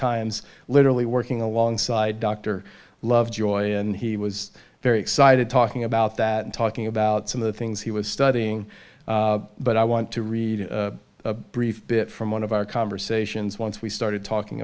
times literally working alongside dr lovejoy and he was very excited talking about that and talking about some of the things he was studying but i want to read a brief bit from one of our conversations once we started talking